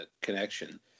connection